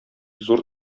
зур